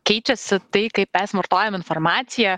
keičiasi tai kaip mes vartojam informaciją